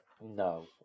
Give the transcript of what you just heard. No